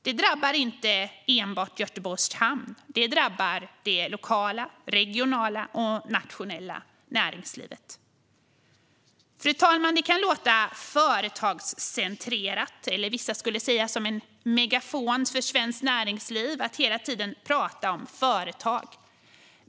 Det drabbar inte enbart Göteborgs hamn. Det drabbar det lokala, regionala och nationella näringslivet. Fru talman! Det kan låta företagscentrerat - vissa skulle säga som en megafon för Svenskt Näringsliv - att hela tiden tala om företag.